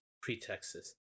pretexts